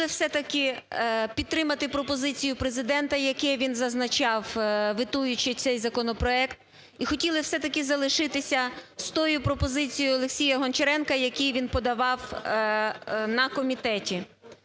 хотіли все-таки підтримати пропозицію Президента, яку він зазначав, ветуючи цей законопроект, і хотіли все-таки залишитися з тою пропозицією Олексія Гончаренко, яку він подавав на комітеті.